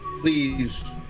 please